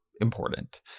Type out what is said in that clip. important